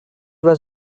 was